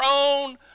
own